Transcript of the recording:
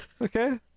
Okay